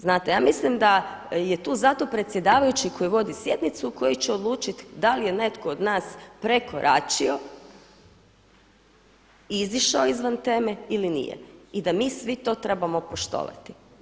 Znate, ja mislim da je tu zato predsjedavajući koji vodi sjednicu i koji će odlučiti da li je netko od nas prekoračio, izašao izvan teme ili nije i da mi svi to trebamo poštovati.